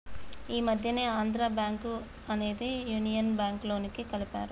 ఈ మధ్యనే ఆంధ్రా బ్యేంకు అనేది యునియన్ బ్యేంకులోకి కలిపారు